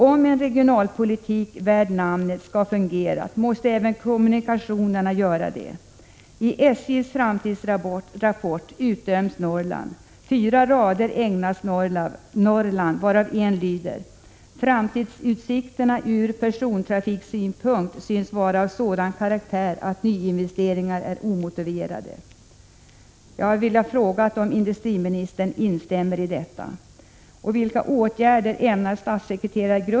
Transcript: Om en regionalpolitik värd namnet skall fungera måste även kommunikationerna göra det. I SJ:s framtidsrapport utdöms Norrland. Fyra rader ägnas Norrland varav en lyder: Framtidsutsikterna ur persontrafiksynpunkt anses vara av sådan karaktär att nyinvesteringar är omotiverade. policy drar SJ in tåg.